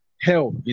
hell